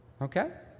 okay